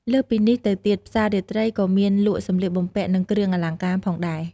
លើសពីនេះទៅទៀតផ្សាររាត្រីក៏មានលក់សម្លៀកបំពាក់និងគ្រឿងអលង្ការផងដែរ។